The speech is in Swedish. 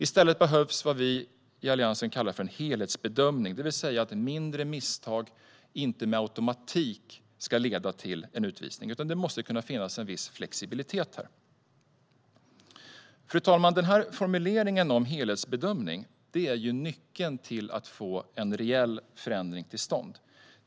I stället behövs vad vi i Alliansen kallar för en helhetsbedömning, det vill säga att mindre misstag inte med automatik ska leda till utvisning. Det måste kunna finnas en viss flexibilitet. Fru talman! Denna formulering om helhetsbedömning är nyckeln till att få en reell förändring till stånd.